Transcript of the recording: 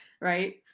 Right